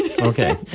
okay